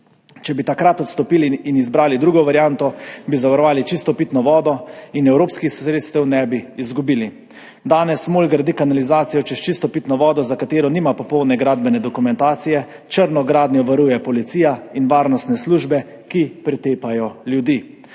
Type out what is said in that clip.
Če bi takrat odstopili in izbrali drugo varianto, bi zavarovali čisto pitno vodo in evropskih sredstev ne bi izgubili. Danes MOL gradi kanalizacijo čez čisto pitno vodo, za katero nima popolne gradbene dokumentacije, črno gradnjo varuje policija in varnostne službe, ki pretepajo ljudi.